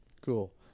Cool